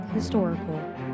Historical